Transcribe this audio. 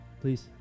Please